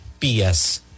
BS